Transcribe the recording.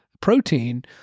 protein